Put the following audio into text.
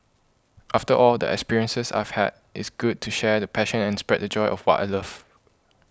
after all the experiences I've had it's good to share the passion and spread the joy of what I love